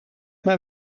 maar